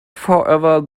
however